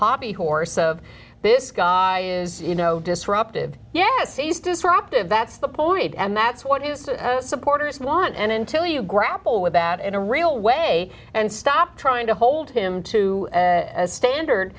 hobby horse of this guy is you know disruptive yes he's disruptive that's the point and that's what you supporters want and until you grapple with that in a real way and stop trying to hold him to a standard